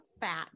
fat